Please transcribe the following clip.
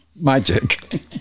magic